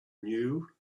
new